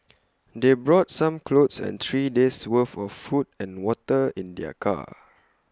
they brought some clothes and three days' worth of food and water in their car